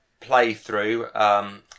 playthrough